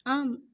ஆம்